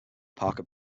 parker